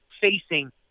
facing